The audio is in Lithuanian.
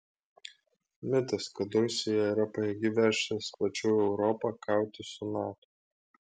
mitas kad rusija yra pajėgi veržtis plačiau į europą kautis su nato